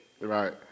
Right